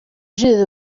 the